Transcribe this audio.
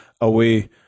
away